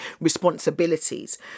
responsibilities